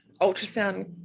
ultrasound